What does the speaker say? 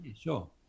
Sure